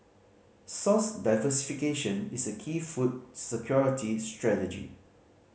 source diversification is a key food security strategy